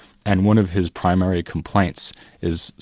and one of his primary complaints is,